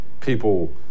People